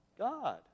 God